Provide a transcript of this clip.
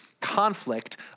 conflict